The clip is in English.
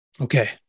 Okay